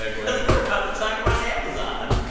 like because we're about to talk about amazon,